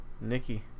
Nikki